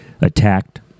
attacked